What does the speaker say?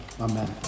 Amen